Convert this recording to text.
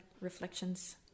reflections